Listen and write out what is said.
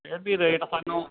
ਫਿਰ ਵੀ ਰੇਟ ਸਾਨੂੰ